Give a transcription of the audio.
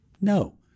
No